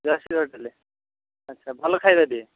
ଆଚ୍ଛା ଭଲ ଖାଇବା ଦିଏ